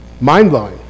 mind-blowing